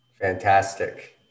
Fantastic